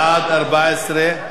בעד, 14,